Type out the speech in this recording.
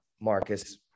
Marcus